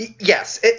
Yes